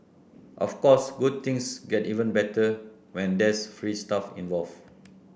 of course good things get even better when there's free stuff involved